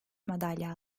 madalya